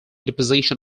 deposition